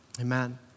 amen